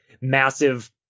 massive